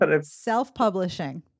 Self-publishing